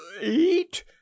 eat